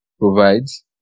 provides